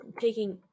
taking